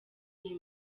iyi